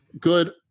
good